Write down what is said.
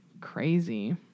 Crazy